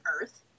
Earth